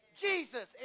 Jesus